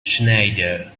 schneider